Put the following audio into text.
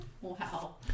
Wow